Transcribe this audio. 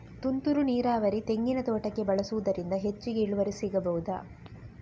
ತುಂತುರು ನೀರಾವರಿ ತೆಂಗಿನ ತೋಟಕ್ಕೆ ಬಳಸುವುದರಿಂದ ಹೆಚ್ಚಿಗೆ ಇಳುವರಿ ಸಿಕ್ಕಬಹುದ?